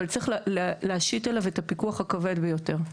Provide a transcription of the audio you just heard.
אבל צריך להשיט עליו את הפיקוח הכבד ביותר.